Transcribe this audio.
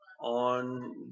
on